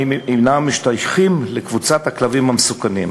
האם אינם משתייכים לקבוצת הכלבים המסוכנים.